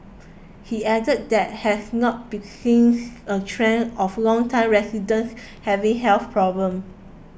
he added that has not be since a trend of longtime residents having health problems